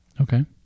Okay